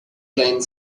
lane